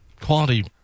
quality